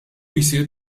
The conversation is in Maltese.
jsir